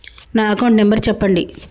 నా account number చెప్పండి?